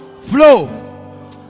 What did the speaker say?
flow